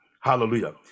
Hallelujah